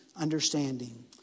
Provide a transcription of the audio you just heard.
understanding